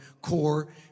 core